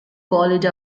college